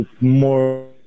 more